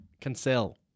Cancel